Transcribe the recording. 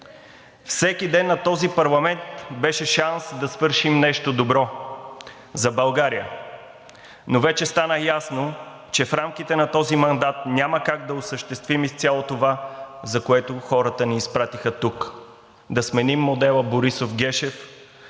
Всеки ден на този парламент беше шанс да свършим нещо добро за България, но вече стана ясно, че в рамките на този мандат няма как да осъществим изцяло това, за което хората ни изпратиха тук – да сменим модела Борисов – Гешев